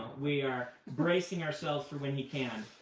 we are bracing ourselves for when he can,